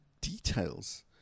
details